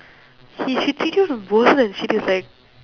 he she treat you and she just like